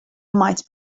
might